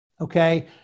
Okay